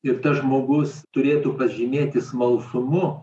ir tas žmogus turėtų pasižymėti smalsumu